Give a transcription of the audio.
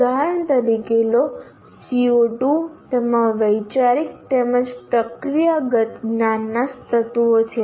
ઉદાહરણ તરીકે લો CO2 તેમાં વૈચારિક તેમજ પ્રક્રિયાગત જ્ઞાનના તત્વો છે